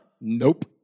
Nope